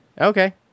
Okay